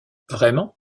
vraiment